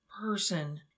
person